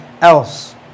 else